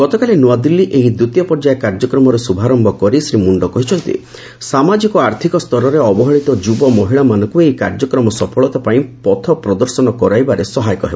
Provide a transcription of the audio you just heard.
ଗତକାଲି ନୂଆଦିଲ୍ଲୀ ଏହି ଦ୍ୱିତୀୟ ପର୍ଯ୍ୟାୟ କାର୍ଯ୍ୟକ୍ରମର ଶୁଭାରମ୍ଭ କରି ଶ୍ରୀ ମୁଣ୍ଡ କହିଛନ୍ତି ସାମାଜିକ ଓ ଆର୍ଥିକ ସ୍ତରରେ ଅବହେଳିତ ଯୁବ ମହିଳାମାନଙ୍କୁ ଏହି କାର୍ଯ୍ୟକ୍ରମ ସଫଳତା ପାଇଁ ପଥପ୍ରଦର୍ଶନ କରାଇବାରେ ସହାୟକ ହେବ